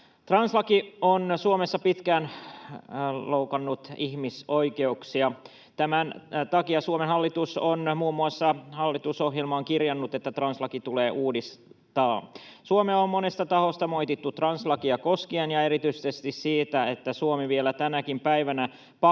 Translaki on Suomessa pitkään loukannut ihmisoikeuksia. Tämän takia Suomen hallitus on muun muassa hallitusohjelmaan kirjannut, että translaki tulee uudistaa. Suomea on monelta taholta moitittu translakia koskien ja erityisesti siitä, että Suomi vielä tänäkin päivänä pakkosteriloi